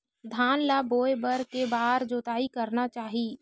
धान ल बोए बर के बार जोताई करना चाही?